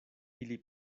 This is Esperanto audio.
ili